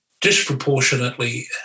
disproportionately